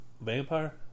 Vampire